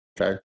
Okay